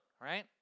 right